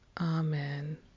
amen